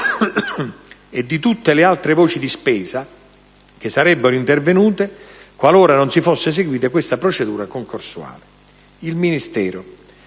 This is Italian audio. e di tutte le altre voci di spesa che sarebbero intervenute qualora non si fosse seguita questa procedura concorsuale. Il Ministero,